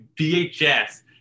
VHS